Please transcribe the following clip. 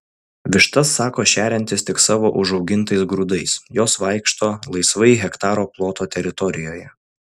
vištas sako šeriantis tik savo užaugintais grūdais jos vaikšto laisvai hektaro ploto teritorijoje